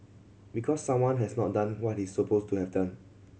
because someone has not done what he's supposed to have done